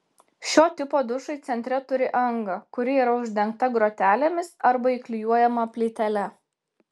šio tipo dušai centre turi angą kuri yra uždengta grotelėmis arba įklijuojama plytele